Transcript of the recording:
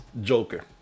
Joker